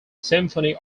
symphony